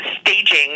staging